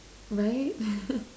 right